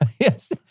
Yes